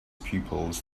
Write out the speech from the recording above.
pupils